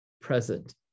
present